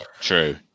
True